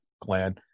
clan